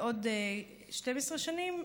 בעוד 12 שנים,